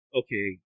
okay